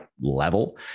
level